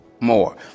more